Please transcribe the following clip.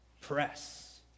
press